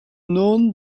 known